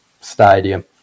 stadium